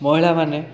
ମହିଳାମାନେ